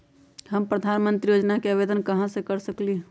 हम प्रधानमंत्री योजना के आवेदन कहा से कर सकेली?